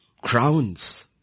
crowns